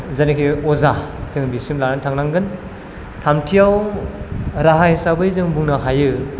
जायनाखि अजा जों बिसिम लाना थांनांगोन थामथियाव राहा हिसाबै जों बुंनो हायो